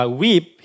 weep